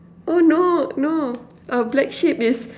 oh no no uh black sheep is